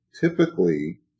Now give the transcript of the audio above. Typically